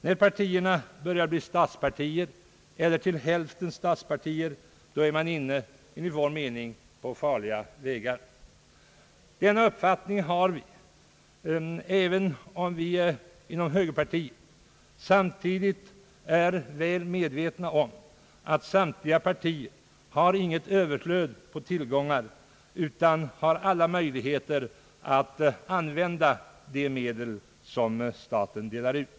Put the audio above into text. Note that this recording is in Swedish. När partierna börjar bli statspartier, helt eller till hälften, är man enligt vår mening inne på farliga vägar. Vi i högerpartiet har denna uppfattning, även om vi samtidigt är väl medvetna om att inget parti har något överflöd på tillgångar — givetvis finns alla möjligheter för dem att använda de medel som staten delar ut.